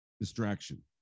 distraction